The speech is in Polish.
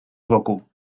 wokół